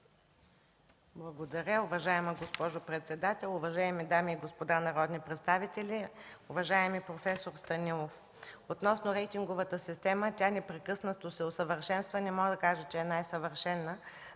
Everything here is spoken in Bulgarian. Благодаря Ви, уважаема госпожо председател. Уважаеми дами и господа народни представители! Уважаеми проф. Станилов, рейтинговата система непрекъснато се усъвършенства. Не мога да кажа, че е най-съвършена.